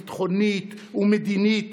ביטחונית ומדינית,